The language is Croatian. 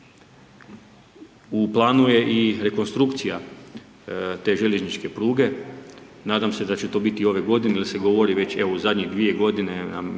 U planu je i rekonstrukcija te željezničke pruge. Nadam se da će to biti ove godine jer se govori već evo u zadnje dvije godine mi